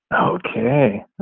Okay